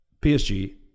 PSG